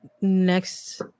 next